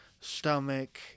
stomach